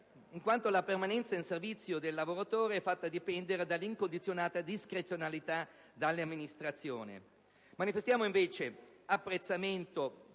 in quanto la permanenza a servizio del lavoratore è fatta dipendere dall'incondizionata discrezionalità dell'amministrazione di appartenenza. Manifestiamo invece apprezzamento